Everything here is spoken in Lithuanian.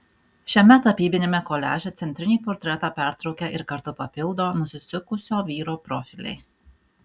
šiame tapybiniame koliaže centrinį portretą pertraukia ir kartu papildo nusisukusio vyro profiliai